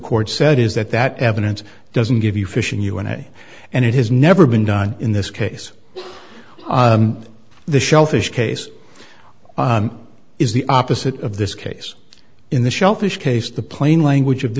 court said is that that evidence doesn't give you fishing una and it has never been done in this case the shellfish case is the opposite of this case in the shellfish case the plain language of the